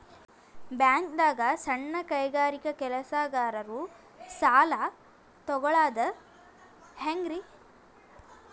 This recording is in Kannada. ಬ್ಯಾಂಕ್ದಾಗ ಸಣ್ಣ ಕೈಗಾರಿಕಾ ಕೆಲಸಗಾರರು ಸಾಲ ತಗೊಳದ್ ಹೇಂಗ್ರಿ?